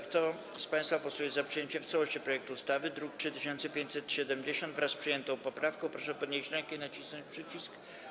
Kto z państwa posłów jest za przyjęciem w całości projektu ustawy w brzmieniu z druku nr 3570, wraz z przyjętą poprawką, proszę podnieść rękę i nacisnąć przycisk.